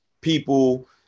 people